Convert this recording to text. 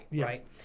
right